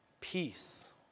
peace